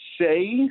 say